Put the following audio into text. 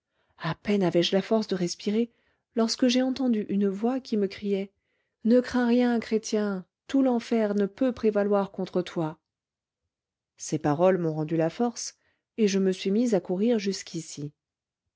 à peine avais-je la force de respirer lorsque j'ai entendu une voix qui me criait ne crains rien chrétien tout l'enfer ne peut prévaloir contre toi ces paroles m'ont rendu la force et je me suis mis à courir jusqu'ici